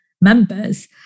members